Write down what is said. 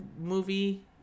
movie